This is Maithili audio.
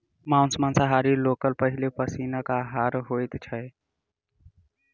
मौस मांसाहारी लोकक पहिल पसीनक आहार होइत छै